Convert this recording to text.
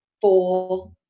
four